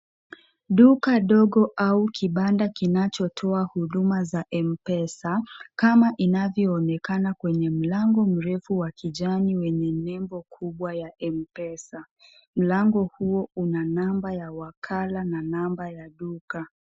Duka dogo au kibanda kinachotoa huduma za M pesa, kama inavyoonekana kwenye mlango mrefu wa kijani wenye nembo kubwa ya M pesa. Mlango huo una namba ya wakala na namba ya duka.